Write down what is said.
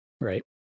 Right